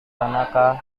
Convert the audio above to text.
tanaka